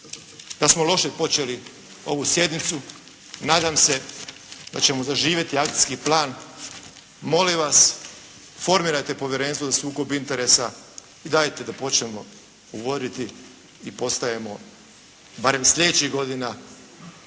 da smo loše počeli ovu sjednicu. Nadam se da ćemo zaživjeti akcijski plan. Molim vas formirajte Povjerenstvo za sukob interesa i dajte da počnemo uvoditi i postajemo barem sljedećih godina